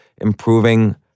improving